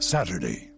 Saturday